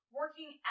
working